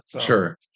Sure